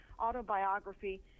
autobiography